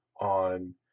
on